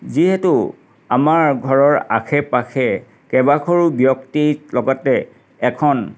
যিহেতু আমাৰ ঘৰৰ আশে পাশে কেইবাঘৰো ব্যক্তি লগতে এখন